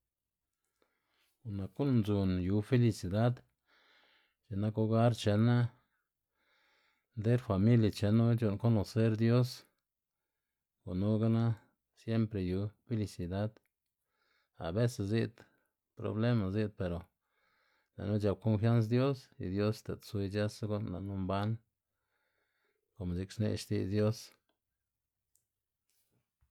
Gu'n nak gu'n ndzun yu felisidad x̱i'k nak ogar chenná, nter familia chennu c̲h̲u'nn konoser dios gunugana siempre yu felisidad abese zi'd problema zi'd pero lë'nu c̲h̲ap konfians dios y dios xtedzu ic̲h̲ësa gu'n lë'nu mban komo x̱i'k xne' xti'dz dios